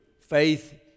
faith